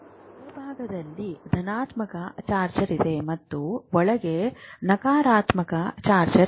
ಹೊರಭಾಗದಲ್ಲಿ ಧನಾತ್ಮಕ ಚಾರ್ಜರ್ ಇದೆ ಮತ್ತು ಒಳಗೆ ನಕಾರಾತ್ಮಕ ಚಾರ್ಜರ್ ಇದೆ